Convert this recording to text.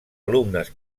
alumnes